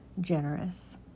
Generous